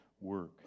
work